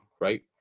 right